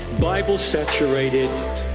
Bible-saturated